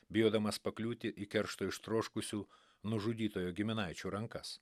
bijodamas pakliūti į keršto ištroškusių nužudytojo giminaičių rankas